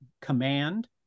command